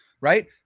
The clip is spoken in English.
right